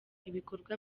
ibikorwa